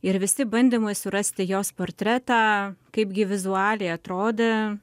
ir visi bandymai surasti jos portretą kaip gi vizualiai atrodė